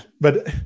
But-